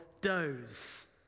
doze